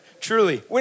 truly